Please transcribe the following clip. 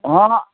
ହଁ ନା